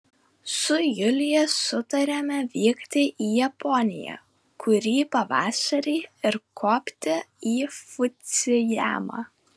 su julija sutarėme vykti į japoniją kurį pavasarį ir kopti į fudzijamą